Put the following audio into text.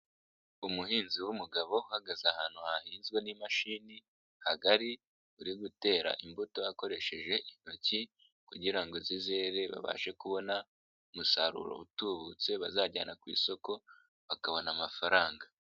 Umuhinzi w'umugabo uhagaze ahantu hahinzwe n'imashini hagari uri gutera imbuto akoresheje intoki kugira ngo zizere babashe kubona umusaruro utubutse bazajyana ku isoko bakabona amafaranga.